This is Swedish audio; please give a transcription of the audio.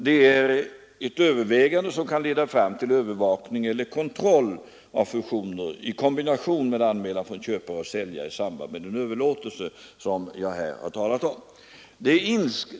Det är ett övervägande som kan leda fram till övervakning eller kontroll av fusioner i kombination med anmälan från köpare och säljare i samband med den överlåtelse som jag här har talat om.